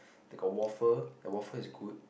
they got waffle the waffle is good